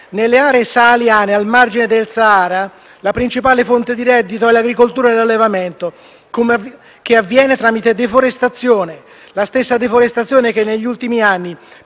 Nelle aree saheliane, al margine del Sahara, la principale fonte di reddito è l'agricoltura e l'allevamento, che avvengono tramite deforestazione, la stessa deforestazione che negli ultimi anni,